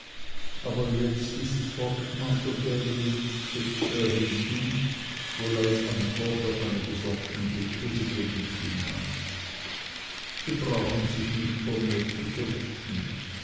aber jetzt ists fort masr davy setzte er hinzu wohl als antwort auf meine besorgten blicke mit denen ich ihn maß sie brauchen sich nicht vor mir zu fürchten